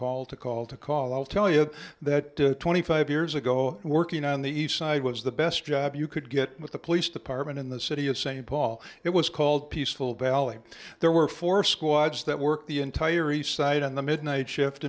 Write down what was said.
call to call to call i'll tell you that twenty five years ago working on the east side was the best job you could get with the police department in the city of st paul it was called peaceful valley there were four squads that work the entire east side on the midnight shift